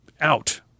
out